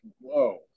whoa